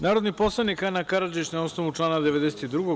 Narodni poslanik Ana Karadžić, na osnovu člana 92.